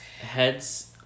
Heads